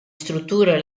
strutture